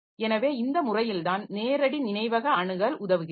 எனவே இந்த முறையில்தான் நேரடி நினைவக அணுகல் உதவுகிறது